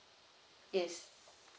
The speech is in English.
yes